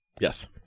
Yes